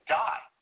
die